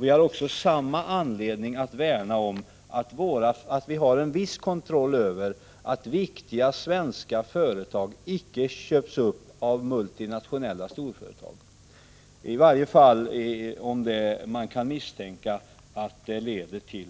Vi har samma anledning att värna om en viss kontroll över att viktiga svenska företag icke köps upp av multinationella storföretag; i varje fall om man kan misstänka att det leder till